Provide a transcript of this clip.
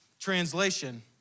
translation